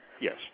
Yes